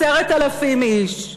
10,000 איש,